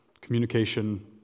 communication